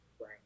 Right